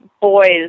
boys